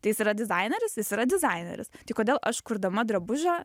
tai jis yra dizaineris jis yra dizaineris tai kodėl aš kurdama drabužių